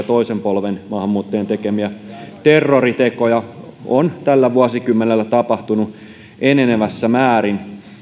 toisen polven maahanmuuttajien tekemiä terroritekoja on tällä vuosikymmenellä tapahtunut enenevässä määrin